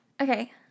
Okay